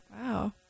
Wow